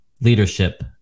leadership